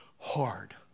Hard